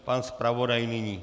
Pan zpravodaj nyní.